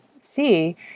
see